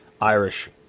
Irish